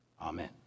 Amen